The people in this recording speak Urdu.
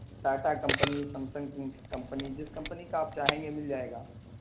ٹاٹا کمپنی سمسنگ کمپنی جس کمپنی کا آپ چاہیں گے مل جائے گا